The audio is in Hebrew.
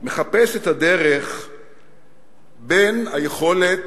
מחפש את הדרך בין היכולת